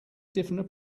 different